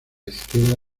izquierda